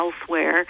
elsewhere